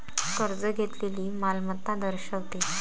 कर्ज घेतलेली मालमत्ता दर्शवते